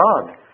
God